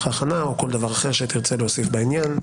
ההכנה או כל דבר אחר שתרצה להוסיף בעניין.